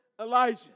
Elijah